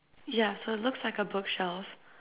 yeah so it looks like a bookshelf